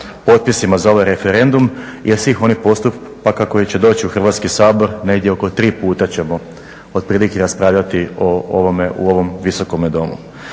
potpisima za ovaj referendum jer svih onih postupaka koji će doći u Hrvatski sabor, negdje oko 3 puta ćemo otprilike raspravljati o ovome u ovom Visokome domu.